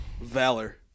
Valor